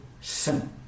sin